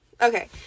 Okay